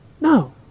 No